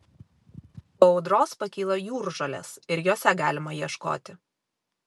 po audros pakyla jūržolės ir jose galima ieškoti